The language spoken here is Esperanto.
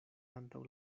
antaŭ